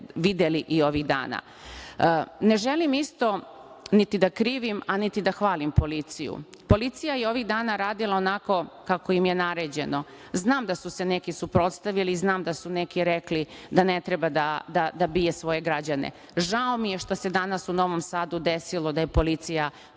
videli i ovih dana. Ne želim isto niti da krivim, niti da hvalim policiju. Policija je ovih dana radila onako kako im je naređeno. Znam da su se neki suprotstavili i znam da su neki rekli da ne treba da bije svoje građane. Žao mi je što se danas u Novom Sadu desilo da je policija